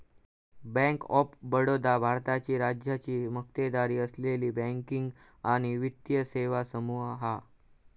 bank of Baroda भारताची राज्याची मक्तेदारी असलेली बँकिंग आणि वित्तीय सेवा समूह हा